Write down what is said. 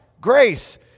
Grace